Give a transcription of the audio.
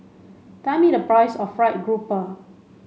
tell me the price of fried grouper